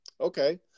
Okay